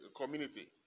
community